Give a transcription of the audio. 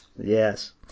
Yes